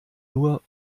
nur